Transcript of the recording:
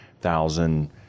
thousand